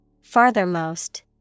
Farthermost